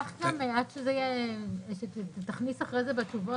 עבודה לפני תום 12 חודשים מיום שהוגשה הבקשה.